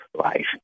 life